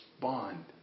bond